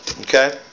okay